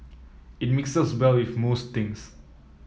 it mixes well with most things